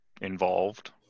involved